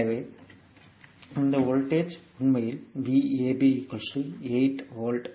எனவே இந்த வோல்டேஜ் உண்மையில் V a b 8 வோல்ட்